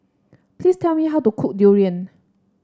please tell me how to cook Durian